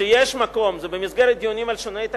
שיש מקום, זה במסגרת דיונים על שינויי תקנון,